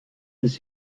ist